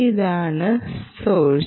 ഇതാണ് സോഴ്സ്